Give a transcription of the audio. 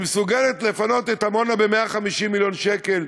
היא מסוגלת לפנות את עמונה ב-150 מיליון שקל,